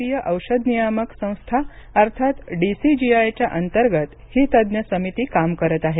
भारतीय औषध नियामक संस्था अर्थात डीसीजीआय च्या अंतर्गत ही तज्ज्ञ समिती काम करत आहे